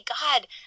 God